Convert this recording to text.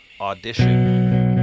Audition